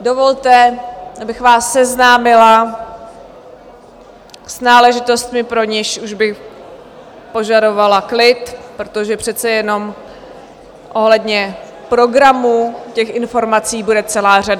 dovolte, abych vás seznámila s náležitostmi, pro něž už bych požadovala klid, protože přece jenom ohledně programu těch informací bude celá řada.